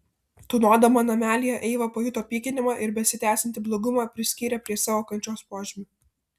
tūnodama namelyje eiva pajuto pykinimą ir besitęsiantį blogumą priskyrė prie savo kančios požymių